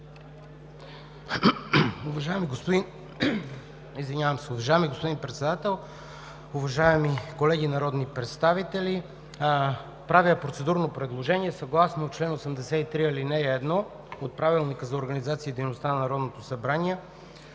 Уважаеми господин Председател, уважаеми колеги народни представители! Правя процедурно предложение съгласно чл. 83, ал. 1 от Правилника за